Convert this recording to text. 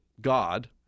God